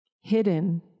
hidden